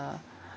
uh